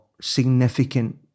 significant